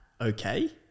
okay